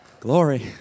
glory